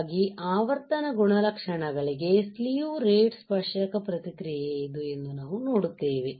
ಗಾಗಿ ಆವರ್ತನ ಗುಣಲಕ್ಷಣಗಳಿಗೆ ಸ್ಲಿವ್ ರೇಟ್ ಸ್ಪರ್ಶಕ ಪ್ರತಿಕ್ರಿಯೆ ಇದೆ ಎಂದು ನಾವು ನೋಡುತ್ತೇವೆ